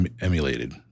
emulated